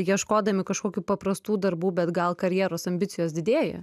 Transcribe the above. ieškodami kažkokių paprastų darbų bet gal karjeros ambicijos didėja